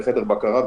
חדר בקרה,